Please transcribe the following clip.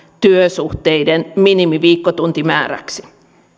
työsuhteiden minimiviikkotuntimääräksi